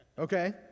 Okay